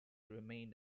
remained